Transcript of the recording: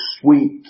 sweet